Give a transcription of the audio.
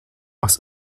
aus